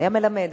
היה מלמד.